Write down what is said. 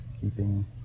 keeping